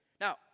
Now